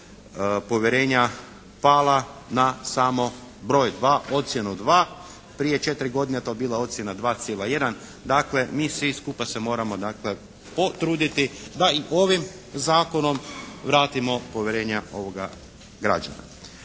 povjerenja pala na samo broj 2, ocjenu 2. Prije 4 godine je to bila 2,1. Dakle mi svi skupa se moramo dakle potruditi da i ovim zakonom vratimo povjerenje građana.